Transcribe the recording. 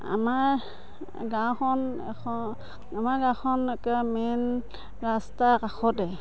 আমাৰ গাঁওখন এখন আমাৰ গাঁওখন একে মেইন ৰাস্তাৰ কাষতে